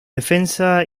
defensa